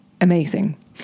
amazing